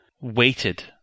waited